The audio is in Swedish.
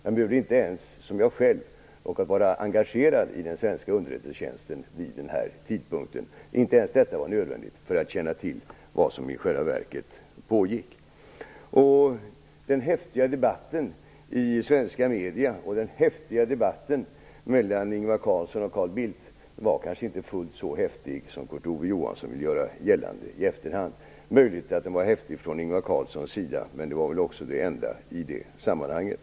Man behövde inte ens, som jag själv råkade, vara engagerad i den svenska underrättelsetjänsten vid den här tidpunkten för att känna till vad som pågick. Den häftiga debatten i svenska medier och den häftiga debatten mellan Ingvar Carlsson och Carl Bildt var kanske inte fullt så häftig som Kurt Ove Johansson i efterhand vill göra gällande. Det är möjligt att den var häftig från Ingvar Carlssons sida, men det var väl också det enda i det sammanhanget.